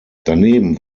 daneben